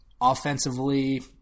offensively